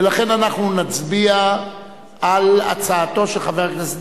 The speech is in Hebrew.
ולכן אנחנו נצביע על הצעתו של חבר הכנסת